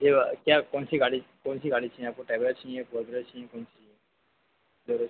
जी क्या कौन सी गाड़ी कौन सी गाड़ी चाहिए आपको टैबरा चाहिए चाहिए या कौन सी चाहिए